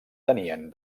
tenien